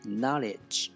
knowledge